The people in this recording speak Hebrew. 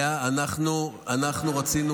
אבל קוצצה התוספת.